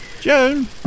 Joan